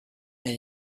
and